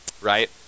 right